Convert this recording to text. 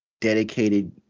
dedicated